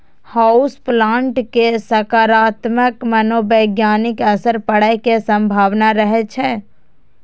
house plant के सकारात्मक मनोवैज्ञानिक असर पड़ै के संभावना रहै छै